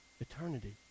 eternity